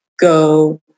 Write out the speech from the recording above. go